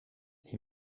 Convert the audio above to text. les